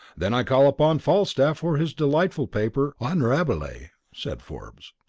then i call upon falstaff for his delightful paper on rabelais, said forbes.